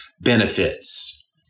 benefits